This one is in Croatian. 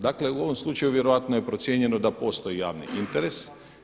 Dakle u ovom slučaju vjerojatno je procijenjeno da postoji javni interes.